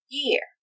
year